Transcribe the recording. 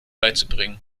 beizubringen